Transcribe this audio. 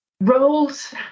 roles